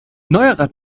neuerer